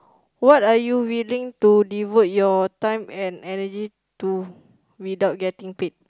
what are you willing to devote your time and energy to without getting paid